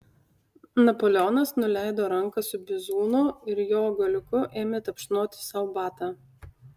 napoleonas nuleido ranką su bizūnu ir jo galiuku ėmė tapšnoti sau batą